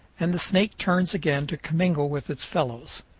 and the snake turns again to commingle with its fellows.